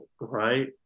right